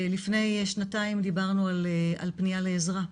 לפני שנתיים דיברנו על פנייה לעזרה,